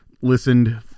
listened